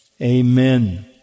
Amen